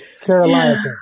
Carolina